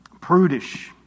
prudish